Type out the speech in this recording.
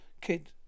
Kid